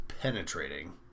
penetrating